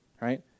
right